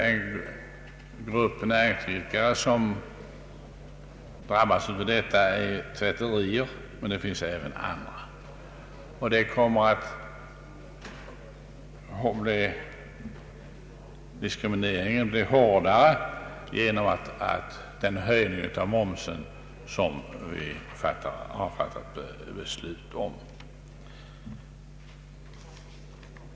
En grupp näringsidkare som drabbas härav är tvätterier, men det finns även andra som blir lidande, och diskrimineringen kommer att bli hårdare genom den höjning av momsen som vi har fattat beslut om.